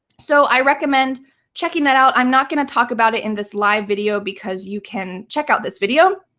so i recommend checking that out. i'm not going to talk about it in this live video because you can check out this video.